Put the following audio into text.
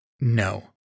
No